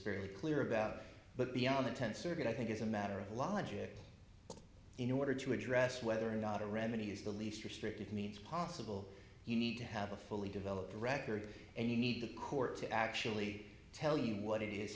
very clear about but beyond the tenth circuit i think is a matter of logic in order to address whether or not a remedy is the least restrictive means possible you need to have a fully developed record and you need the court to actually tell you what it is